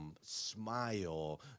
Smile